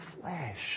flesh